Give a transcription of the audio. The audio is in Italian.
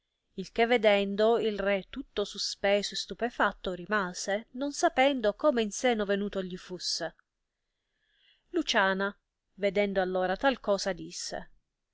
il che vedendo il re tutto suspeso e stupefatto rimase non sapendo come in seno venuto gli fusse luciana vedendo allora tal cosa disse